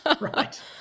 right